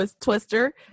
twister